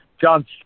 John